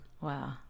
Wow